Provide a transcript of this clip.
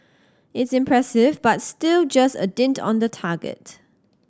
it's impressive but still just a dint on the target